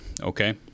Okay